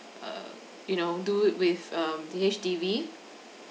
uh you know do it with um the H_D_B